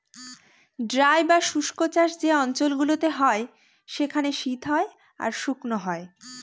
dry বা শুস্ক চাষ যে অঞ্চল গুলোতে হয় সেখানে শীত হয় আর শুকনো হয়